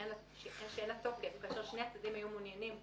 שאין לה תוקף כאשר שני הצדדים היו מעוניינים בה.